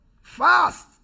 Fast